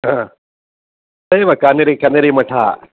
हा तदेव कानेरि कनेरि मठ